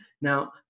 Now